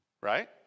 right